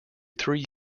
three